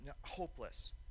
hopeless